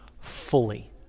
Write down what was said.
fully